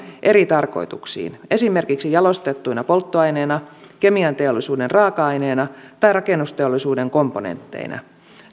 eri tarkoituksiin esimerkiksi jalostettuina polttoaineina kemianteollisuuden raaka aineena tai rakennusteollisuuden komponentteina